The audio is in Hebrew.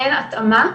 אין התאמה,